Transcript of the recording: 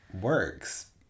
works